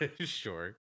Sure